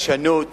חדשנות